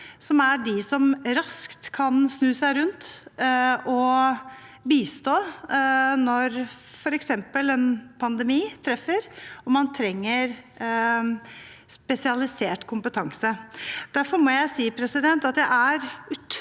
som raskt kan snu seg rundt og bistå når f.eks. en pandemi treffer, og man trenger spesialisert kompetanse. Derfor må jeg si at jeg er utrolig